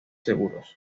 seguros